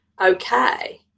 okay